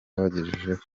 yabagejejeho